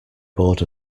bored